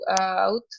out